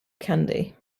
candy